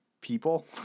people